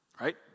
right